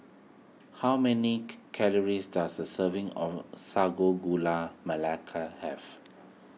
how many calories does a serving of Sago Gula Melaka have